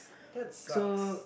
that sucks